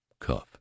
Cuff